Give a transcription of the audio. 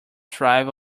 thrive